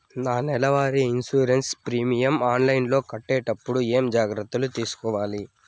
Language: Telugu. నా నెల వారి ఇన్సూరెన్సు ప్రీమియం ఆన్లైన్లో కట్టేటప్పుడు ఏమేమి జాగ్రత్త లు తీసుకోవాలి?